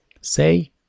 Say